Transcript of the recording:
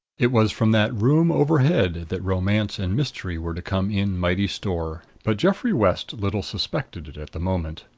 it was from that room overhead that romance and mystery were to come in mighty store but geoffrey west little suspected it at the moment.